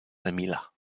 emila